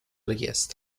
richiesta